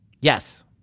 Yes